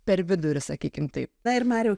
per vidurį sakykim taip